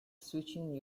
switching